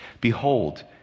Behold